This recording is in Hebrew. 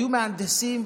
היו מהנדסים,